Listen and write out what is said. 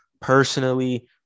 personally